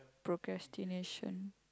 procrastination